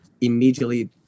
immediately